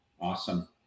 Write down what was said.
Awesome